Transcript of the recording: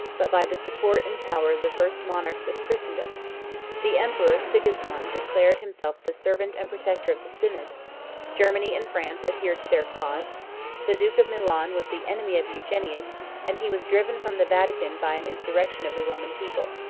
but by the support and power of the first monarchs of christendom the emperor sigismond declared himself the servant and protector of the synod germany and france adhered to their cause the duke of milan was the enemy of eugenius and he was driven from the vatican by an insurrection of the roman people.